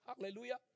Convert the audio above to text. Hallelujah